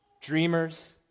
dreamers